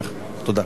תודה.